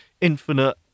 infinite